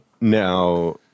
now